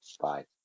Bye